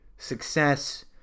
success